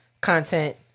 content